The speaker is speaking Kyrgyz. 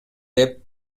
деп